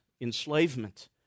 enslavement